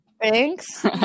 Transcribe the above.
thanks